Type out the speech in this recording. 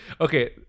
Okay